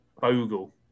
Bogle